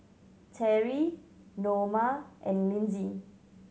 Terry Noma and Lindsey